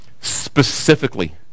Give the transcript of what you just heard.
specifically